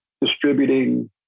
distributing